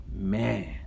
man